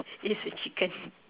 it's a chicken